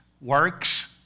works